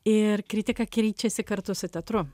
ir kritika keičiasi kartu su teatru